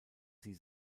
sie